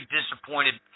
disappointed